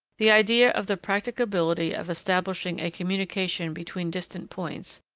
the idea of the practicability of establishing a communication between distant points,